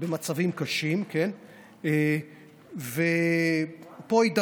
במצבים קשים, ואני רוצה גם לשבח אותו בעניין הזה.